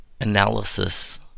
analysis